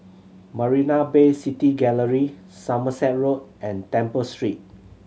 Marina Bay City Gallery Somerset Road and Temple Street